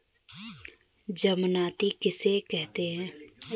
ज़मानती कितने चाहिये?